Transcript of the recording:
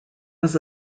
was